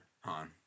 Han